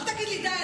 אל תגיד לי די.